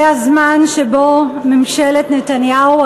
זה הזמן שבו ממשלת נתניהו,